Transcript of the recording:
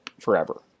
forever